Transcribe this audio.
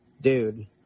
Dude